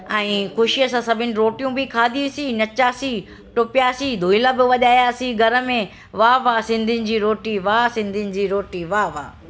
ऐं ख़ुशीअ सां सभिनि रोटियूं बि खाधीसीं नचासीं टुपियासीं धोइला बि वॼायासीं घर में वाह वाह सिंधियुनि जी रोटी वाह सिंधियुनि जी रोटी वाह वाह